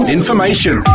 information